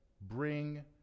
bring